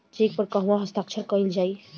Check पर कहवा हस्ताक्षर कैल जाइ?